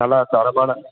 நல்லா தரமான